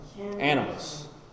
Animals